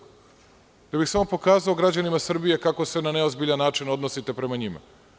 Samo da bih pokazao građanima Srbije kako se na neozbiljan način odnosite prema njima.